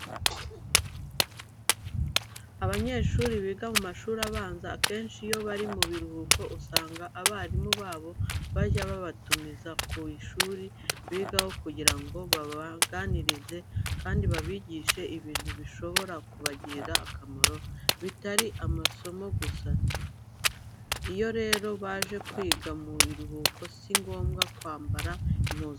Abanyeshuri biga mu mashuri abanza akenshi iyo bari mu biruhuko usanga abarimu babo bajya babatumiza ku ishuri bigaho kugira ngo babaganirize kandi babigishe ibintu bishobora kubagirira akamaro bitari amasomo gusa. Iyo rero baje kwiga mu biruhuko si ngombwa kwambara impuzankano.